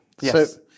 Yes